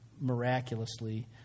miraculously